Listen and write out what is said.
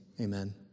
amen